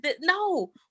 No